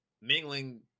mingling